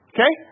Okay